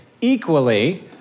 equally